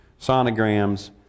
sonograms